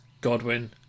Godwin